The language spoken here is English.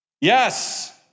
Yes